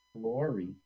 glory